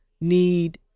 need